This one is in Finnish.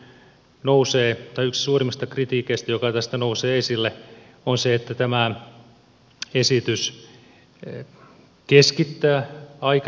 yksi suurimmista kritiikeistä joka tästä nousee esille on se että tämä esitys keskittää aika tavalla